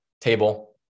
table